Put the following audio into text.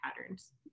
patterns